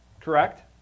correct